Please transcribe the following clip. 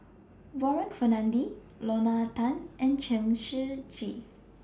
Warren Fernandez Lorna Tan and Chen Shiji